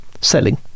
selling